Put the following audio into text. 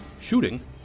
shooting